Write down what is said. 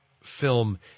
film